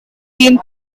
been